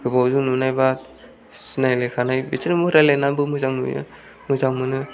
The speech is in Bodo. गोबावजों नुनाय एबा सिनायलायखानाय बिसोरजोंबो रायज्लायनानैबो मोजां नुयो मोजां मोनो